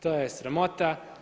To je sramota.